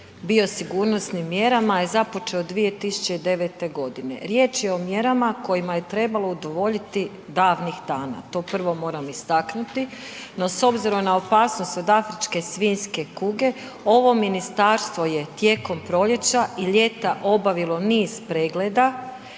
biosigurnosnim mjerama je započeo 2009. g. Riječ je o mjerama kojima je trebalo udovoljiti davnih dana. To prvo moram istaknuti, no s obzirom na opasnost od afričke svinjske kuge, ovo ministarstvo je tijekom proljeća i ljeta obavilo niz pregleda